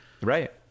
right